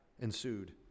Ensued